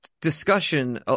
discussion